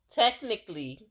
technically